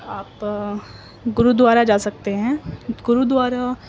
آپ گرودوارا جا سکتے ہیں گرودوارا